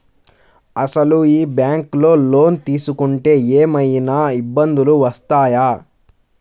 అసలు ఈ బ్యాంక్లో లోన్ తీసుకుంటే ఏమయినా ఇబ్బందులు వస్తాయా?